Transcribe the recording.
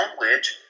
language